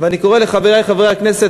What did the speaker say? אני קורא לחברי חברי הכנסת,